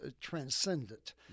transcendent